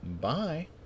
Bye